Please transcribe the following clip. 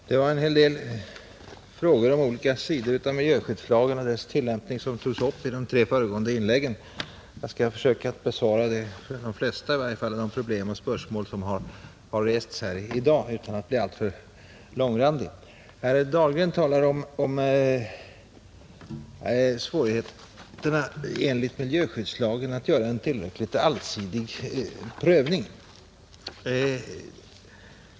Fru talman! Det var en hel del frågor om olika sidor av miljöskyddslagen och dess tillämpning som togs upp i de tre föregående inläggen. Jag skall försöka besvara i varje fall de flesta spörsmålen utan att bli alltför långrandig. Herr Dahlgren talar om svårigheterna enligt miljöskyddslagen att göra en tillräckligt allsidig prövning.